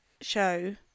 show